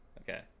Okay